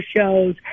shows